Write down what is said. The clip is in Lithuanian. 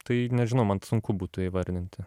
tai nežinau man t sunku būtų įvardinti